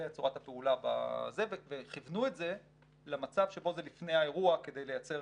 זו צורת הפעולה וכיוונו את זה למצב שבו זה לפני האירוע כדי לייצר